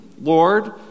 Lord